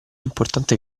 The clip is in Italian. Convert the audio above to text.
importante